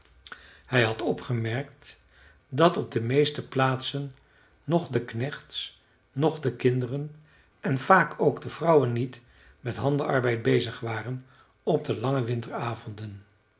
hij had opgemerkt dat op de meeste plaatsen noch de knechts noch de kinderen en vaak ook de vrouwen niet met handenarbeid bezig waren op de lange